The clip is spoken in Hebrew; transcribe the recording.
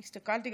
הסתכלתי,